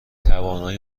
توانایی